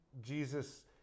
Jesus